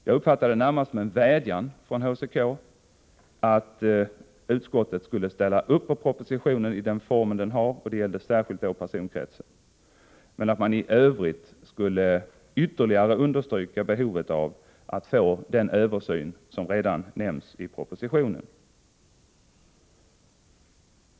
Jag uppfattade det närmast som en vädjan från HCK att utskottet skulle ställa upp på propositionen i den form den har. Det gällde särskilt i fråga om personkretsen. Dessutom skulle man också i övrigt ytterligare understryka behovet av att få den översyn som redan nämnts i propositionen.